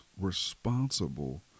responsible